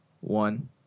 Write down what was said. one